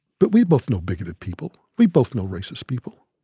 but we both know bigoted people. we both know racist people